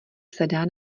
sedá